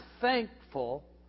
thankful